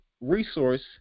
resource